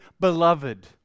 beloved